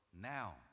now